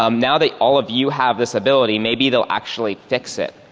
um now that all of you have this ability, maybe they'll actually fix it.